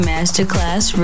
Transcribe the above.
Masterclass